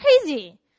crazy